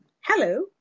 hello